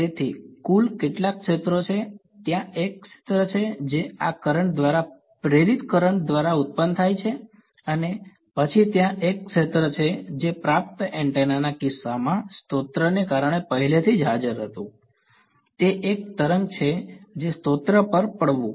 તેથી કુલ કેટલા ક્ષેત્રો છે ત્યાં એક ક્ષેત્ર છે જે આ કરંટ દ્વારા પ્રેરિત કરંટ દ્વારા ઉત્પન્ન થાય છે અને પછી ત્યાં એક ક્ષેત્ર છે જે પ્રાપ્ત એન્ટેના ના કિસ્સામાં સ્ત્રોતને કારણે પહેલેથી હાજર હતું તે એક તરંગ છે જે સ્ત્રોત પર પડવું